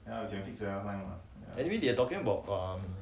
anyway we are talking about um